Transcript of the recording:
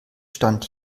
stand